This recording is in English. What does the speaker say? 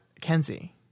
Kenzie